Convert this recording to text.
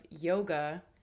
yoga